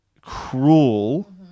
cruel